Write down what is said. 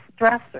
stressor